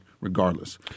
regardless